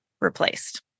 replaced